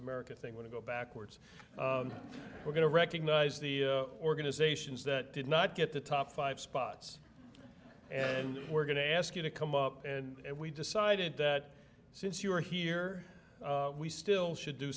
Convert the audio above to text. america thing going to go backwards we're going to recognize the organizations that did not get the top five spots and we're going to ask you to come up and we decided that since you are here we still should do